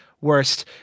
worst